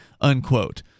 unquote